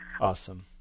Awesome